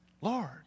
Lord